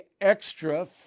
extra